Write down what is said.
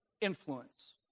influence